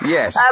Yes